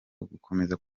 ugukomeza